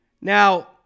Now